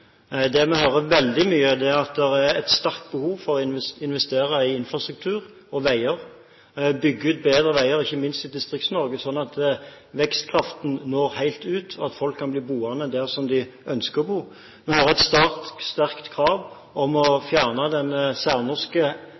Det vi hører veldig mye, er at det er et sterkt behov for å investere i infrastruktur og veier – bygge ut bedre veier, ikke minst i Distrikts-Norge, slik at vekstkraften når helt ut, og at folk kan bli boende der de ønsker å bo. Vi hører et sterkt krav om å fjerne den særnorske